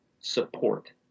support